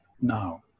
now